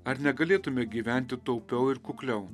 ar negalėtume gyventi taupiau ir kukliau